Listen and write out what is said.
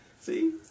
see